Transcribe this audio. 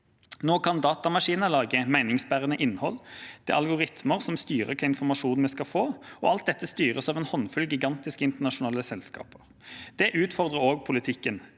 Nå kan datamaskiner lage meningsbærende innhold. Det er algoritmer som styrer hvilken informasjon vi skal få, og alt dette styres av en håndfull gigantiske internasjonale selskaper. Det utfordrer også politikken.